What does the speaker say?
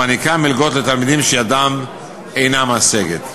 המעניקה מלגות לתלמידים שידם אינה משגת.